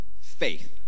faith